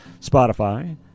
Spotify